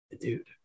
dude